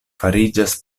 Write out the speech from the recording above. fariĝas